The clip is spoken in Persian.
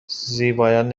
زیبایان